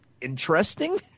interesting